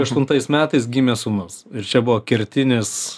aštuntais metais gimė sūnus ir čia buvo kertinis